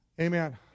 Amen